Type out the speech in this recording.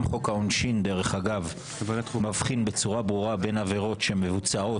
גם חוק העונשין מבחין ומחמיר בצורה ברורה עם עבירות שמבוצעות